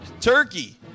turkey